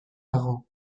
dago